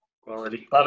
Quality